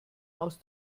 aus